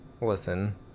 Listen